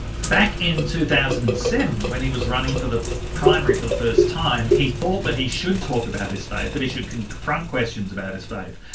back in two thousand and seven when he was running for the primary for the first time, he thought that he should talk about his faith, that he should confront questions about his faith.